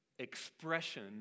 expression